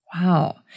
Wow